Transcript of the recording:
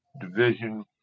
Division